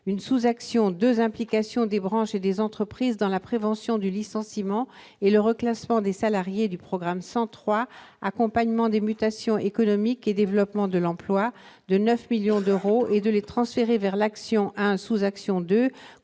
01, sous-action n° 02, Implication des branches et des entreprises dans la prévention du licenciement et le reclassement des salariés, du programme 103, « Accompagnement des mutations économiques et développement de l'emploi », de 9 millions d'euros et de les transférer vers l'action n° 01, sous-action n°